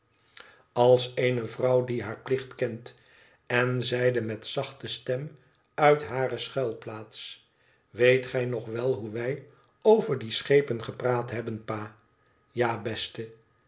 als eene vrouw die haar plicht kent en zeide met zachte stem uit hare schuilplaats weet gij nog wel hoe wij over die schepen gepraat hebben pa ja beste